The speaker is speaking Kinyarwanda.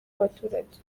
abaturage